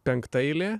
penkta eilė